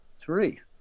three